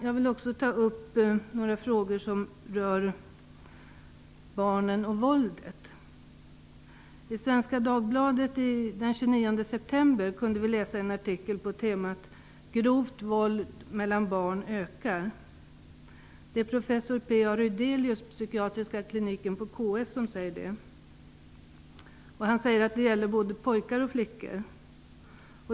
Jag vill också ta upp några frågor som rör barnen och våldet. I Svenska Dagbladet den 29 september kunde vi läsa en artikel på temat "Grovt våld mellan barn ökar". Det är professor P-A Rydelius vid psykiatriska kliniken på KS som säger det. Han säger att det gäller både pojkar och flickor.